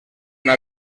una